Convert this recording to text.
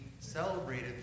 celebrated